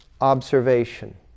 observation